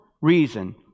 reason